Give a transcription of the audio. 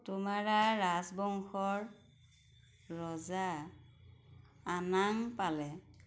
তোমাৰা ৰাজবংশৰ ৰজা আনাং পালে